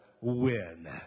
win